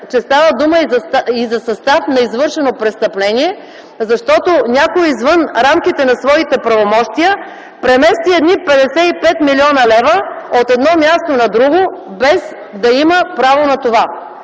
че става дума за състав на извършено престъпление, защото някой извън рамките на своите правомощия премести едни 55 млн. лв. от едно място на друго, без да има право на това.